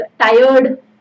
tired